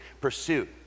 pursuit